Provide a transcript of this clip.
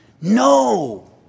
No